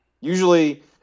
usually